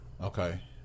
Okay